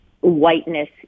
whiteness